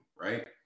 right